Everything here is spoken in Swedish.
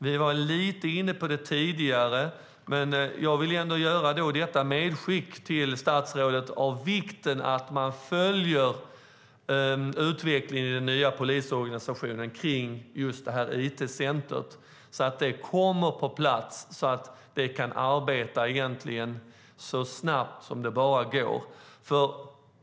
Vi var lite inne på det tidigare, men låt mig göra ett medskick till statsrådet om vikten av att följa utvecklingen i den nya polisorganisationen avseende it-centret så att det kommer på plats och kan börja arbeta så snabbt det bara går.